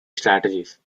strategies